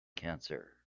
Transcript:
cancer